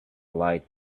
light